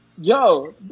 yo